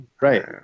right